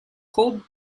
called